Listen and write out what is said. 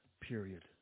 period